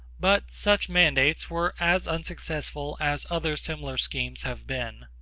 but such mandates were as unsuccessful as other similar schemes have been.